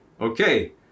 Okay